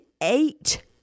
eight